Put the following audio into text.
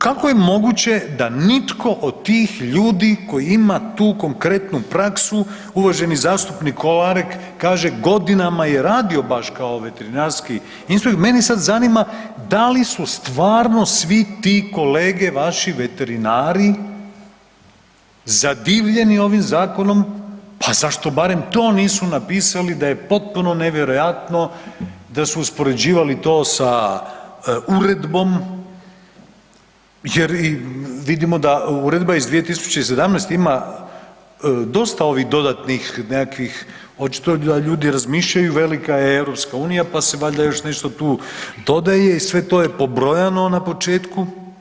Kako je moguće da nitko od tih ljudi koji ima tu konkretnu praksu, uvaženi zastupnik Kolarek kaže, godinama je radio baš kao veterinarski inspektor, mene sad zanima da li su stvarno svi ti kolege vaši veterinari zadivljeni ovim zakonom, pa zašto barem to nisu napisali da je potpuno nevjerojatno da su uspoređivali to sa uredbom jer vidimo da uredba iz 2017. ima dosta ovih dodatnih nekakvih, očito ljudi razmišljaju, velika je EU pa se valjda još nešto tu dodaje i sve to je pobrojano na početku.